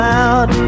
out